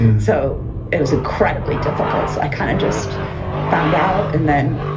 so it was incredibly difficult. so i kind of just found out. and then